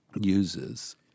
uses